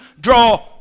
draw